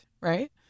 right